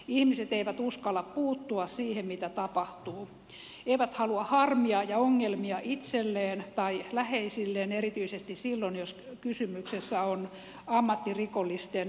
ihmiset eivät uskalla puuttua siihen mitä tapahtuu eivät halua harmia ja ongelmia itselleen tai läheisilleen erityisesti silloin jos kyse on ammattirikollisten puuhista